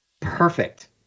perfect